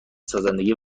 سازندگی